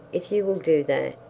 if you will do that,